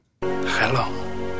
Hello